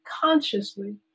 consciously